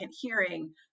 hearing